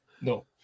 No